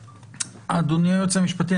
אדוני היועץ המשפטי,